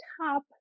top